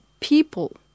people